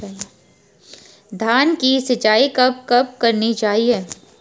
धान की सिंचाईं कब कब करनी चाहिये?